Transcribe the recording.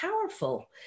powerful